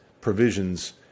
provisions